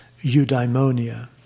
eudaimonia